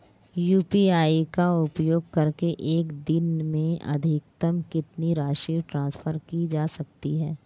UPI का उपयोग करके एक दिन में अधिकतम कितनी राशि ट्रांसफर की जा सकती है?